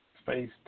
space